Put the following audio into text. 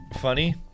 funny